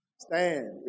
Stand